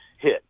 hit